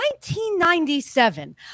1997